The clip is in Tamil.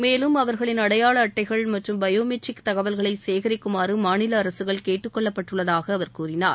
மேலும் அவர்களின் அடையாள அட்டைகள் மற்றும் பயோ மெட்ரிக் தகவல்களை சேகரிக்குமாறு மாநில அரசுகள் கேட்டுக் கொள்ளப்பட்டுள்ளதாக அவர் கூறினார்